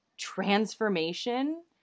transformation